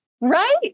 right